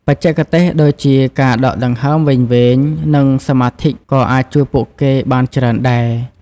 បច្ចេកទេសដូចជាការដកដង្ហើមវែងៗ និងសមាធិក៏អាចជួយពួកគេបានច្រើនដែរ។